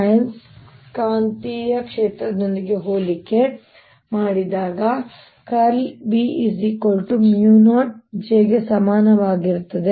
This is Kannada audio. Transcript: ಆಯಸ್ಕಾಂತೀಯ ಕ್ಷೇತ್ರದೊಂದಿಗೆ ಹೋಲಿಕೆ B mu 0 J ಗೆ ಸಮಾನವಾಗಿರುತ್ತದೆ